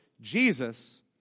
Jesus